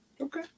Okay